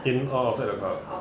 in or outside the car